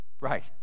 right